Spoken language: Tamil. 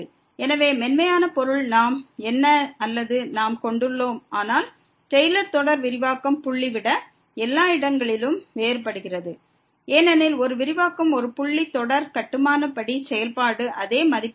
எனவே மென்மையான பொருள் என்று நாம் என்ன கொண்டுள்ளோம் ஆனால் டெய்லர் தொடர் விரிவாக்கம் புள்ளி விட எல்லா இடங்களிலும் வேறுபடுகிறது ஏனெனில் ஒரு விரிவாக்கம் ஒரு புள்ளி தொடர் கட்டுமான படி செயல்பாட்டில் அதே மதிப்பு வேண்டும்